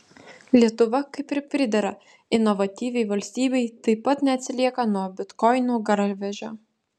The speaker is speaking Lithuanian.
lietuva kaip ir pridera inovatyviai valstybei taip pat neatsilieka nuo bitkoinų garvežio